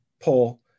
poll